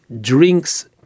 drinks